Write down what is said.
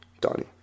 Donnie